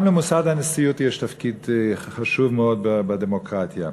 גם למוסד הנשיאות יש תפקיד חשוב מאוד בדמוקרטיה,